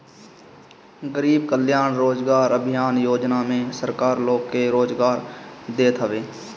गरीब कल्याण रोजगार अभियान योजना में सरकार लोग के रोजगार देत हवे